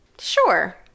sure